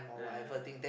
yeah